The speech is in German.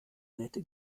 nette